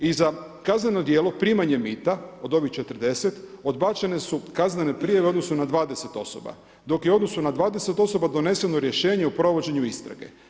I za kazneno djelo primanje mita od ovih 40, odbačene su kaznene prijave u odnosu na 20 osoba, dok je u odnosu na 20 osoba doneseno rješenje o provođenje istrage.